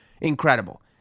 Incredible